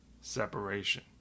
separation